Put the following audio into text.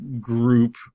group